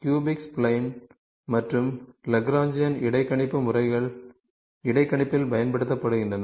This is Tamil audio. கியூபிக் ஸ்ப்லைன்ஸ் மற்றும் லக்ராஜியன் இடைக்கணிப்பு முறைகள் இடைக்கணிப்பில் பயன்படுத்தப்படுகின்றன